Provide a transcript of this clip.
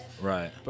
Right